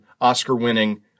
Oscar-winning